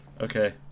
okay